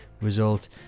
result